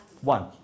One